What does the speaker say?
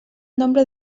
nombre